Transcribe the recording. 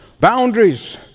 boundaries